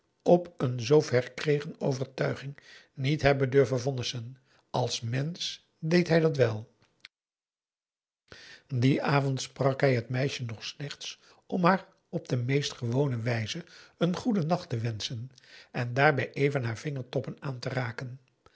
op een z verkregen overtuiging niet hebben durven vonnissen als mensch deed hij dat wel dien avond sprak hij het meisje nog slechts om haar op de meest gewone wijze een goeden nacht te wenschen en daarbij even haar vingertoppen aan te raken